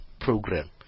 program